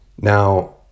now